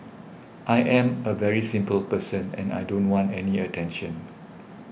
I am a very simple person and I don't want any attention